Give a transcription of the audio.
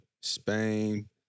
Spain